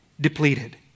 depleted